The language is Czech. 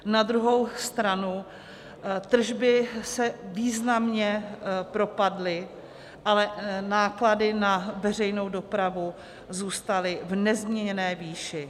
Na druhou stranu tržby se významně propadly, ale náklady na veřejnou dopravu zůstaly v nezměněné výši.